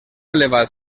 elevat